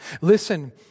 Listen